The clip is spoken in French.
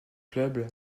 clubs